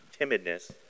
timidness